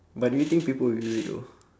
but do you think people will use it though